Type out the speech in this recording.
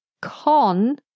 con